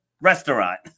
restaurant